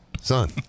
Son